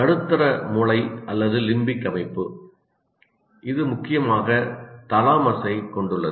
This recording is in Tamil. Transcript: நடுத்தர மூளை அல்லது லிம்பிக் அமைப்பு இது முக்கியமாக தாலமஸைக் கொண்டுள்ளது